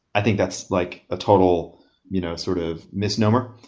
i think that's like a total you know sort of misnomer.